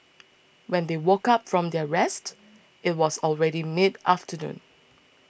when they woke up from their rest it was already mid afternoon